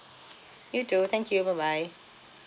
you too thank you bye bye